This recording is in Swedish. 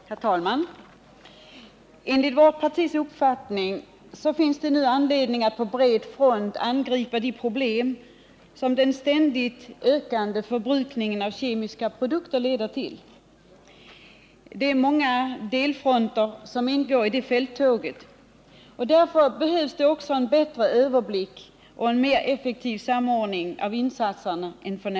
Herr talman! Enligt vårt partis uppfattning finns det nu anledning att på bred front angripa de problem som deu ständigt ökande förbrukningen av kemiska produkter leder till. Det är många delfronter som ingår i det fälttåget, och därför behövs också bättre överblick och mera effektiv samordning av EA insatserna än vi har f. n.